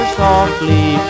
softly